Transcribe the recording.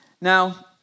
Now